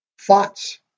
thoughts